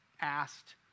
asked